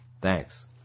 Thanks